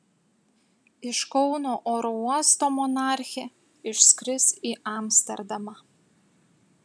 iš kauno oro uosto monarchė išskris į amsterdamą